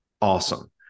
awesome